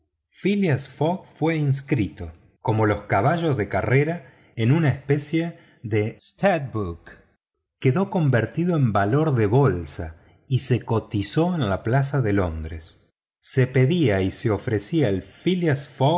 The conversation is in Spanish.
fue inscrito como los caballos de carrera en una especie de studbook quedó convertido en valor de bolsa y se cotizó en la plaza de londres se pedía y se ofrecía el phileas